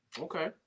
Okay